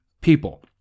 people